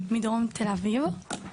מדרום תל אביב,